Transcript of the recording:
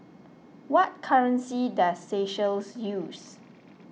what currency does Seychelles use